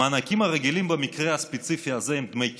המענקים הרגילים במקרה הספציפי הזה הם דמי כיס.